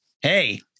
hey